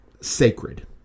sacred